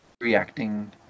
reacting